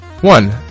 one